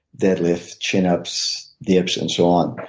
dead lifts, chin-ups, dips and so on.